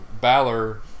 Balor